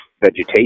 vegetation